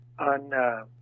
On